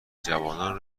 جوانان